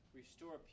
restore